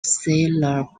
sailor